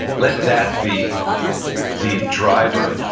let that be the driver.